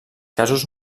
casos